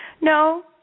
No